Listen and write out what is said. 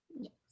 Yes